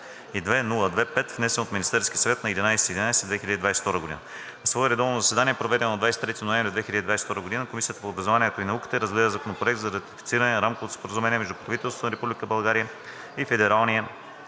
48-202-02-5, внесен от Министерския съвет на 11 ноември 2022 г. На свое редовно заседание, проведено на 23 ноември 2022 г., Комисията по образованието и науката разгледа Законопроект за ратифициране на Рамковото споразумение между правителството на Република България и Федералния